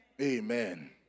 Amen